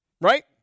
right